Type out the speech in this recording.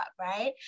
right